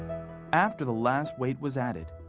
after the last weight was added,